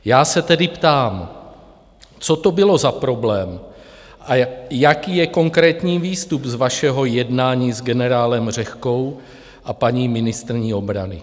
Já se tedy ptám, co to bylo za problém a jaký je konkrétní výstup z vašeho jednání s generálem Řehkou a paní ministryní obrany.